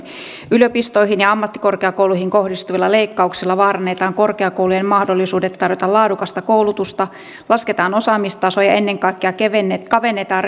yliopistoihin ja ammattikorkeakouluihin kohdistuvilla leikkauksilla vaarannetaan korkeakoulujen mahdollisuudet tarjota laadukasta koulutusta lasketaan osaamistasoa ja ennen kaikkea kavennetaan